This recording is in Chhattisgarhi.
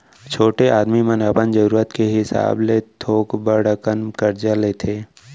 छोटे आदमी मन अपन जरूरत के हिसाब ले थोक बड़ अकन करजा लेथें